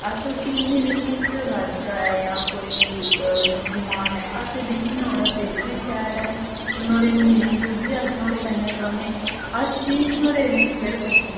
अस उसी एह् नी दिक्खने कि ओह् राज्जा ऐ जां कोई मुस्लमान ऐ अस दिक्खने नोह्ड़ा दिल बी शैल ऐ नोह्ड़े मिली जुलियै अस नोह्ड़े कन्नै रौह्ने हर चीज़ नोह्ड़े कन्नै शेयर करने